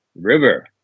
River